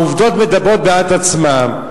העובדות מדברות בעד עצמן,